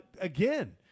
again